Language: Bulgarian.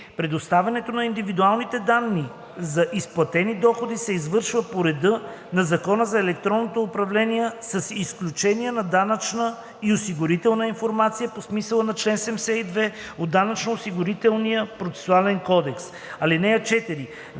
Предоставянето на индивидуалните данни за изплатени доходи се извършва по реда на Закона за електронното управление, с изключение на данъчна и осигурителна информация по смисъла на чл. 72 от Данъчно-осигурителния процесуален кодекс. (4)